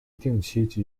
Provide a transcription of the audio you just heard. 定期